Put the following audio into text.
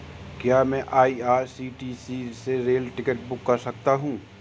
क्या मैं आई.आर.सी.टी.सी से रेल टिकट बुक कर सकता हूँ?